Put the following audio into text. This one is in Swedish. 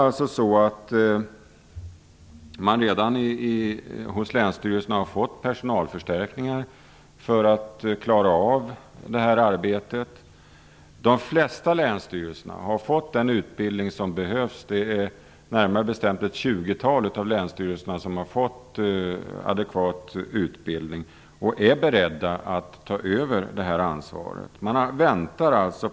Länsstyrelserna har redan fått personalförstärkningar för att klara av arbetet. De flesta länsstyrelserna har fått den utbildning som behövs - det är närmare bestämt ett tjugotal av länsstyrelserna som har fått adekvat utbildning - och är beredda att ta över ansvaret.